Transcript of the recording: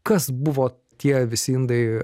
kas buvo tie visi indai